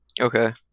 Okay